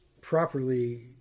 properly